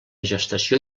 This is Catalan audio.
gestació